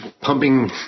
pumping